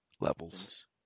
Levels